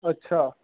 ਅੱਛਾ